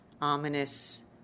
ominous